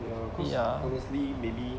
ya